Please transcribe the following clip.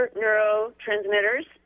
neurotransmitters